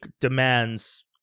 demands